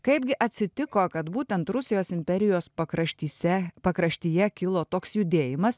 kaipgi atsitiko kad būtent rusijos imperijos pakraštyse pakraštyje kilo toks judėjimas